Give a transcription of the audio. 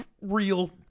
real